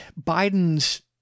Biden's